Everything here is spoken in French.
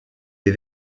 des